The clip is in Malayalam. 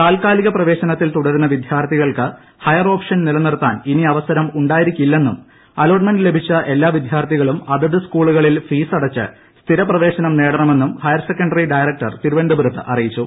താൽക്കാലിക പ്രവേശനത്തിൽ തുടരുന്ന വിദ്യാർത്ഥികൾക്ക് ഹയർ ഓപ്ഷൻ നിലനിർത്താൻ ഇനി അവസരം ഉണ്ടായിരിക്കില്ലെന്നും അലോട്ട്മെന്റ് ലഭിച്ച എല്ലാ വിദ്യാർത്ഥികളും അതത് സ്കൂളുകളിൽ ഫീസടച്ച് സ്ഥിര പ്രവേശനം നേടണമെന്നും ഹയർ സെക്കന്ററി ഡയറക്ടർ തിരുവനന്തപുരത്ത് അറിയിച്ചു